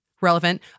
relevant